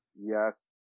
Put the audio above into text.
yes